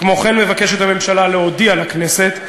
כמו כן מבקשת הממשלה להודיע לכנסת,